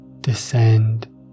descend